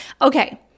Okay